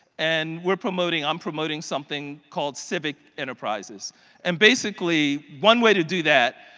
and we are promoting, i'm promoting something called civic enterprises and basically, one way to do that,